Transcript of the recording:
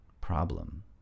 problem